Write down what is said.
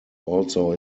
also